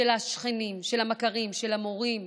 של השכנים, של המכרים, של המורים,